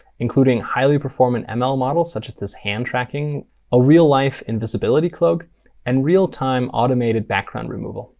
including highly performant and ml model, such as this hand tracking a real-life invisibility cloak and real-time automated background removal.